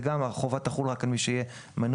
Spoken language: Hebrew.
והחובה תחול רק על מי שיהיה מנוי